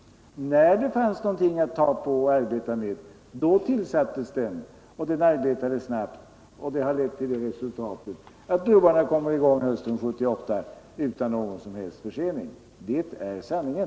När det fanns en konkret uppgift för gruppen tillsattes den, och den arbetade snabbt. Dess verksamhet harlett till det resultatet att stålbroprojekten kommer i gång hösten 1978 utan någon som helst försening. Det är sanningen.